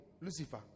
lucifer